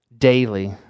daily